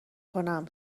کنم